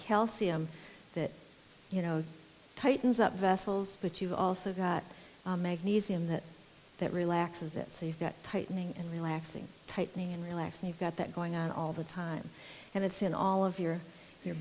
calcium that you know tightens up vessels but you've also got magnesium that that relaxes it so you've got tightening and relaxing tightening and relax and you've got that going on all the time and it's in all of your your